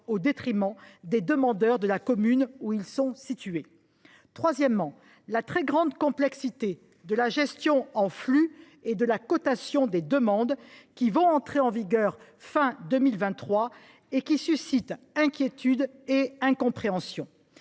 au détriment des demandeurs de la commune où ils sont situés. Troisièmement, la très grande complexité de la gestion en flux et de la cotation des demandes, qui vont entrer en vigueur à la fin de 2023 et qui suscitent inquiétude et incompréhension.